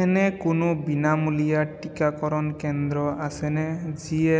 এনে কোনো বিনামূলীয়া টিকাকৰণ কেন্দ্ৰ আছেনে যিয়ে